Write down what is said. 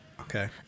Okay